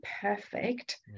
perfect